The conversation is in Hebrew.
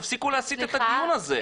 תפסיקו להסיט את הדיון הזה.